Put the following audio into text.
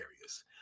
areas